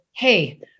Hey